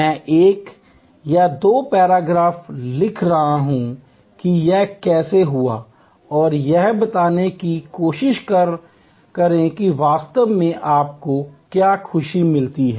मैं एक या दो पैराग्राफ लिख रहा हूं कि यह कैसे हुआ और यह बताने की कोशिश करें कि वास्तव में आपको क्या खुशी मिलती है